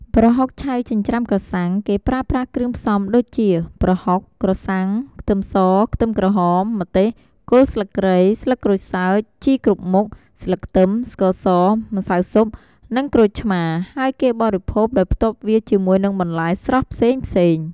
ប្រហុកឆៅចិញ្ច្រាំក្រសាំង គេប្រើប្រាស់គ្រឿងផ្សំដូចជា ប្រហុក ក្រសាំង ខ្ទឹមស ខ្ទឹមក្រហម ម្ទេស គល់ស្លឹកគ្រៃ ស្លឹកក្រូចសើច ជីគ្រប់មុខ ស្លឹកខ្ទឹម ស្ករស ម្សៅស៊ុប និងក្រូចឆ្មារ ហើយគេបរិភោគដោយផ្ទាប់វាជាមួយនិងបន្លែស្រស់ផ្សេងៗ។